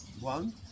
One